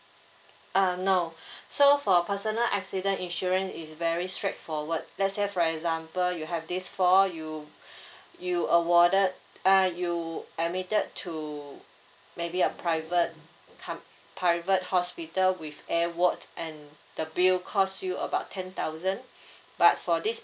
uh no so for personal accident insurance is very straightforward let's say for example you have this fall you you awarded uh you admitted to maybe a private com~ private hospital with air ward and the bill cost you about ten thousand but for this